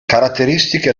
caratteristiche